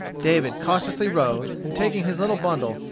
david cautiously rose, and taking his little bundle,